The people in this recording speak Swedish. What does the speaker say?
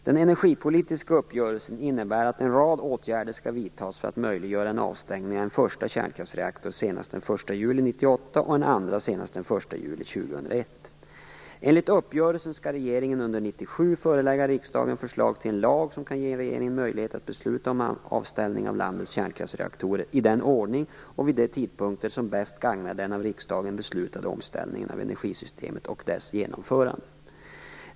Den energipolitiska uppgörelsen innebär att en rad åtgärder skall vidtas för att möjliggöra en avställning av en första kärnkraftsreaktor senast den 1 juli 1998 förelägga riksdagen förslag till en lag som kan ge regeringen möjlighet att besluta om avställning av landets kärnkraftsreaktorer i den ordning och vid de tidpunkter som bäst gagnar den av riksdagen beslutade omställningen av energisystemet och dess genomförande.